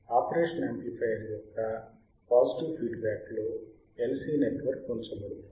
operational amplifier యొక్క positive feedback లో LC network ఉంచబడుతుంది